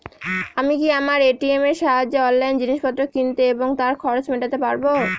আমি কি আমার এ.টি.এম এর সাহায্যে অনলাইন জিনিসপত্র কিনতে এবং তার খরচ মেটাতে পারব?